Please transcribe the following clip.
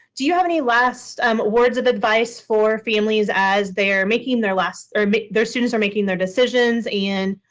do you have any last um words of advice for families as they are making their last or their students are making their decisions and